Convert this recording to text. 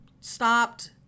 stopped